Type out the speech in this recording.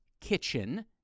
Kitchen